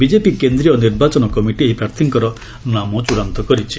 BJP କେନ୍ଦ୍ରୀୟ ନିର୍ବାଚନ committee ଏହି ପ୍ରାର୍ଥୀମାନଙ୍କ ନାମ ଚଡ଼ାନ୍ତ କରିଛି